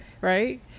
Right